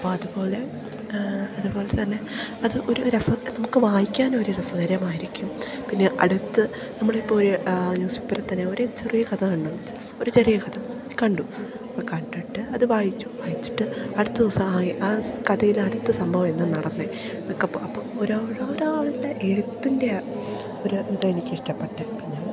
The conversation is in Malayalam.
അപ്പം അതുപോലെ അതുപോലെത്തന്നെ അത് ഒരു നമുക്ക് വായിക്കാനൊരു രസകരമായിരിക്കും പിന്നെ അടുത്ത് നമ്മളിപ്പോൾ ഒരു ന്യൂസ് പേപ്പറ് തന്നെ ഒരു ചെറിയ കഥകണ്ടു ഒരു ചെറിയ കഥ കണ്ടു അത് കണ്ടിട്ട് അത് വായിച്ചു വായിച്ചിട്ട് അടുത്ത ദിവസം ആയി ആ കഥയിലെ അടുത്ത സംഭവം എന്നാ നടന്നത് അതൊക്കെ അപ്പോൾ അപ്പോൾ ഓരോരോ ഒരാളുടെ എഴുത്തിൻ്റെ ഒരു ഇത് എനിക്കിഷ്ടപ്പെട്ടത് ഇപ്പം ഞാൻ